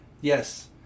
Yes